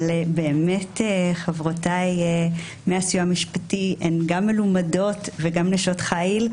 באמת חברותיי מהסיוע המשפטי הן גם מלומדות וגם נשות חיל,